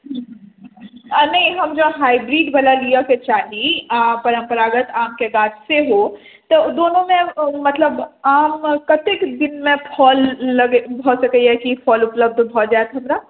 आ नहि हम जे हाइब्रिडवला लियऽ के चाही आ परम्परागत आमके गाछ सेहो तऽ दुनूमे मतलब आम कतेक दिनमे फल लगैत भऽ सकैए कि फल उपलब्ध भऽ जायत हमरा